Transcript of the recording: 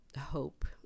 hope